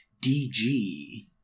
DG